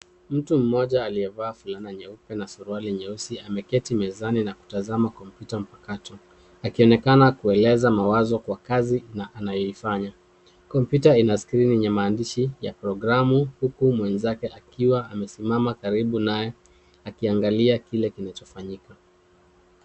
Mtu mmoja aliyevaa fulana nyeupe na suruali nyeusi ameketi mezani na kutazama kompyuta mpakato, akionekana kueleza mawazo kwa kazi anayoifanya. Kompyuta ina skrini yenye maandishi ya programu huku mwenzake akiwa amesimama karibu naye akiangalia kile kinachofanyika.